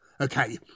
Okay